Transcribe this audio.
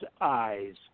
eyes